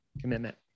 Commitment